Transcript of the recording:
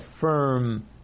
firm